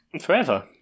Forever